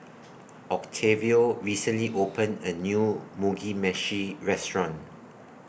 Octavio recently opened A New Mugi Meshi Restaurant